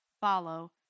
follow